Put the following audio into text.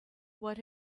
what